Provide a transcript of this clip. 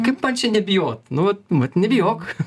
kaip man čia nebijot nu vat vat nebijok